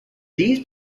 these